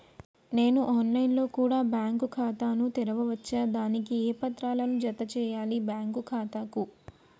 నేను ఆన్ లైన్ లో కూడా బ్యాంకు ఖాతా ను తెరవ వచ్చా? దానికి ఏ పత్రాలను జత చేయాలి బ్యాంకు ఖాతాకు?